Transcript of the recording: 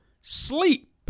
Sleep